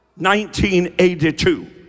1982